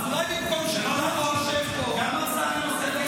אולי במקום שנשב פה --- גם אמסלם עושה פיליבסטר.